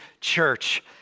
church